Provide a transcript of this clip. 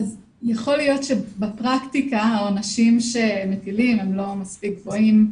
יכול להיות שבפרקטיקה העונשים שמטילים הם לא מספיק גבוהים.